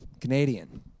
Canadian